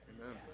Amen